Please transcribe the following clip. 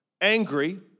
angry